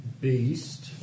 Beast